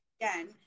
again